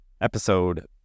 episode